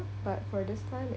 but for this one